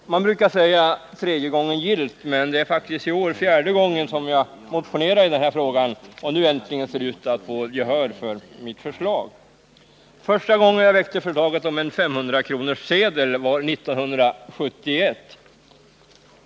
Man brukar säga tredje gången gillt, men det är faktiskt i år fjärde gången som jag motionerar i denna fråga och nu äntligen ser ut att få gehör för mitt förslag. Första gången jag väckte förslaget om en 500-kronorssedel var 1971.